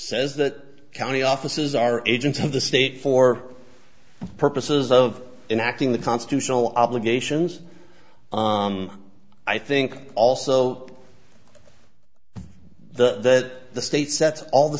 says that county offices are agents of the state for purposes of in acting the constitutional obligations i think also the that the state sets all